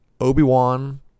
Obi-Wan